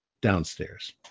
downstairs